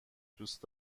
دوست